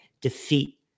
defeat